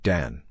Dan